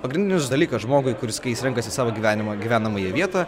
pagrindinis dalykas žmogui kuris kai jis renkasi savo gyvenimo gyvenamąją vietą